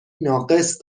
ناقص